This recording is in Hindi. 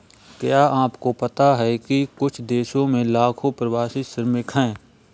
क्या आपको पता है कुछ देशों में लाखों प्रवासी श्रमिक हैं?